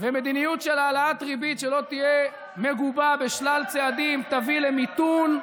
ומדיניות של העלאת ריבית שלא תהיה מגובה בשלל צעדים תביא למיתון.